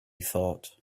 thought